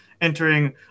entering